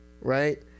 right